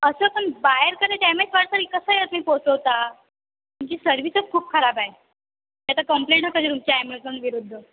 असं पण बायरकडे डॅमेज पार्सल कसं आहे तुम्ही पोहचवता तुमची सर्विसच खूप खराब आहे आता कम्प्लेंट करते तुमची ॲमेझॉनविरुद्ध